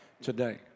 today